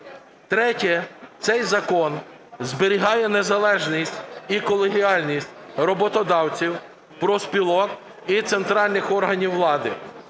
Третє. Цей закон зберігає незалежність і колегіальність роботодавців, профспілок і центральних органів влади.